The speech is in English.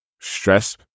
Stress